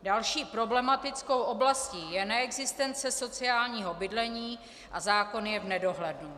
Další problematickou oblastí je neexistence sociálního bydlení a zákon je v nedohlednu.